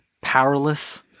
powerless